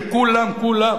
של כולם, כולם.